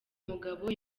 mugabo